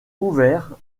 ouvert